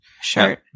Sure